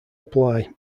apply